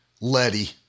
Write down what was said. Letty